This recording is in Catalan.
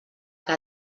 que